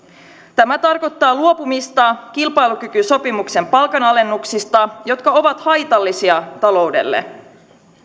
tämä tarkoittaa luopumista kilpailukykysopimuksen palkanalennuksista jotka ovat haitallisia taloudelle